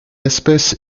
espèce